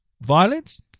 violence